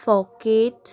Phuket